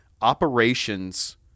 operations